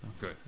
Good